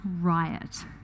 riot